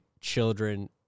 children